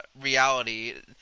reality